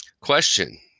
Question